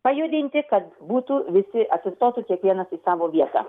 pajudinti kad būtų visi atsistotų kiekvienas į savo vietą